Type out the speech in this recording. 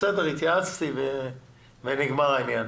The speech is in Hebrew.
שהתייעצת והעניין נגמר.